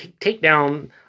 takedown